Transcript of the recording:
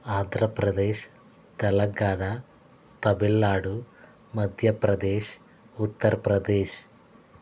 Andhra Pradesh Telangana Tamil Nadu Madhya Pradesh Uttar Pradesh